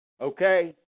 okay